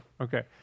Okay